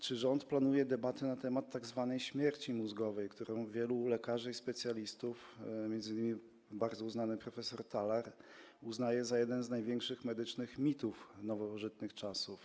Czy rząd planuje debatę nad temat tzw. śmierci mózgowej, którą wielu lekarzy i specjalistów, m.in. bardzo znany prof. Talar, uznaje za jeden z największych medycznych mitów nowożytnych czasów?